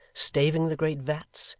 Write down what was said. staving the great vats,